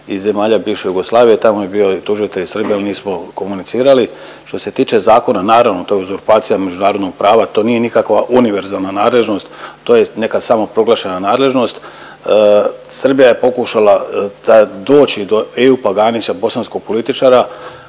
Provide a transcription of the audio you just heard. iz zemalja bivše Jugoslavije. Tamo je bio i tužitelj Srbije ali nismo komunicirali. Što se tiče zakona naravno to je uzurpacija međunarodnog prava, to nije nikakva univerzalna nadležnost, to je neka samoproglašena nadležnost. Srbija je pokušala da doći do Ejupa Ganića bosanskog političara